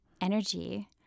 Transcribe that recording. energy